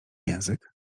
język